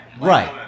Right